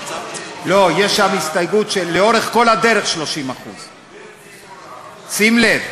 לא, יש שם הסתייגות שלאורך כל הדרך 30%. שים לב.